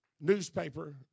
newspaper